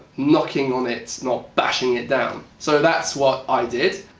knocking on it, not bashing it down. so that's what i did.